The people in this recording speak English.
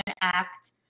Act